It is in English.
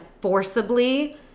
forcibly